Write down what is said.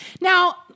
Now